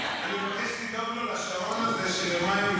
אני מבקש לדאוג לו לשעון הזה של הרמיוני,